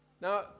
Now